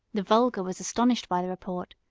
the vulgar was astonished by the report,